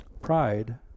Pride